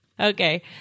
Okay